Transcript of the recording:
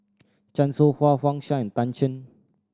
Chan Soh Ha Wang Sha Tan Shen